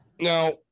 now